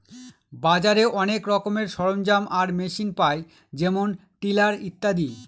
বাজারে অনেক রকমের সরঞ্জাম আর মেশিন পায় যেমন টিলার ইত্যাদি